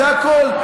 זה הכול.